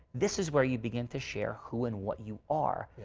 this is where you begin to share who and what you are.